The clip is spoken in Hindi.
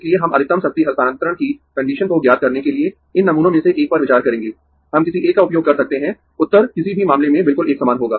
इसलिए हम अधिकतम शक्ति हस्तांतरण की कंडीशन को ज्ञात करने के लिए इन नमूनों में से एक पर विचार करेंगें हम किसी एक का उपयोग कर सकते है उत्तर किसी भी मामले में बिल्कुल एक समान होगा